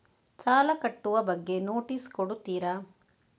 ಸಾಲ ಕಟ್ಟುವ ಬಗ್ಗೆ ನೋಟಿಸ್ ಕೊಡುತ್ತೀರ?